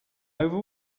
over